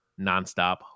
nonstop